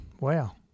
Wow